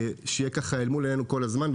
שיהיה אל מול עינינו כל הזמן.